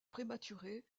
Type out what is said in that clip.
prématurée